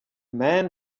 man